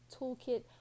toolkit